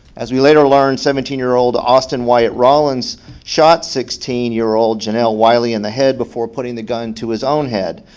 as we later learned seventeen year old austin white rollins shot sixteen year old janel wiley in the head before putting the gun to his own head.